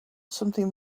something